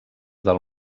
del